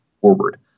forward